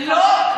לא,